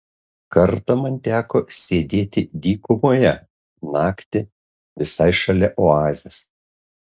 kartą man teko sėdėti dykumoje naktį visai šalia oazės